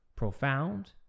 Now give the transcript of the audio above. Profound